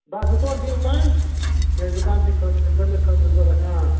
بَس زٕ ژور دِیِو تام مےٚ ٲسۍ دُکانسٕے خٲطرٕ کٕننہٕ خٲطرٕ ضوٚرَتھ آ